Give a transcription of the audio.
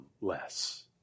less